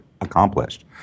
accomplished